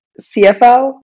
CFL